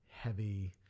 heavy